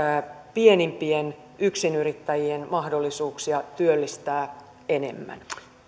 pienimpien yksinyrittäjien mahdollisuuksia työllistää enemmän